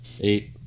Eight